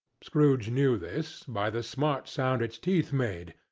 scrooge knew this, by the smart sound its teeth made,